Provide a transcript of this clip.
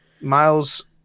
Miles